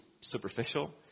superficial